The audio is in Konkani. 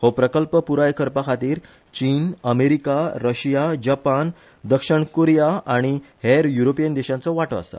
हो प्रकल्प पुराय करपा खातीर चिन अमेरिका रशिया जपान दक्षिण कोरीया आनी हेर यूरोपियन देशाचो वांटो आसा